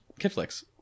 KidFlix